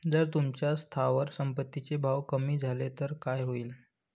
जर तुमच्या स्थावर संपत्ती चे भाव कमी झाले तर काय होईल?